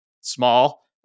small